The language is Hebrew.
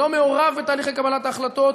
שלא מעורה בתהליכי קבלת החלטות,